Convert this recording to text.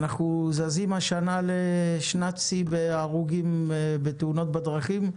השנה היא שנת שיא בהרוגים בתאונות הדרכים,